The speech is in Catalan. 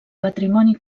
patrimoni